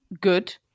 good